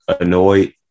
Annoyed